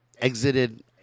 exited